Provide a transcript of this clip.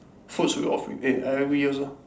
food should be all free eh I agree also